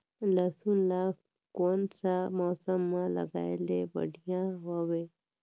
लसुन ला कोन सा मौसम मां लगाय ले बढ़िया हवे?